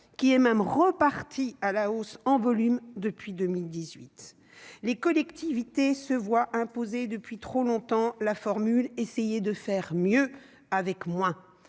qui est même reparti à la hausse, en volume, depuis 2018. Les collectivités se voient imposer depuis trop longtemps la formule « essayer de faire mieux avec moins ».